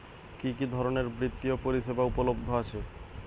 কি কি ধরনের বৃত্তিয় পরিসেবা উপলব্ধ আছে?